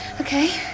Okay